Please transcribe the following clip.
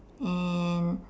and